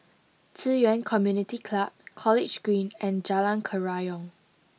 Ci Yuan Community Club College Green and Jalan Kerayong